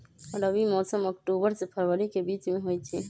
रबी मौसम अक्टूबर से फ़रवरी के बीच में होई छई